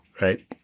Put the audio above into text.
right